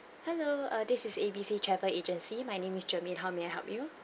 hello err this is ABC travel agency my name is jermaine how may I help you